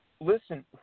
listen